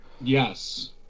Yes